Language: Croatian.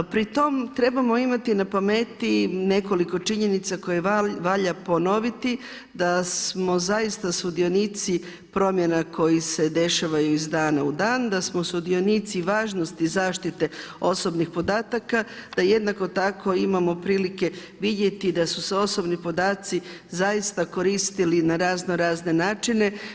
Pri tom trebamo imati na pameti nekoliko činjenica koje valja ponoviti, da smo zaista sudionici promjena koje se dešavaju iz dana u dan, da smo sudionici važnosti zaštite osobnih podataka, da jednako tako imamo prilike vidjeti da su se osobni podaci zaista koristili na raznorazne načine.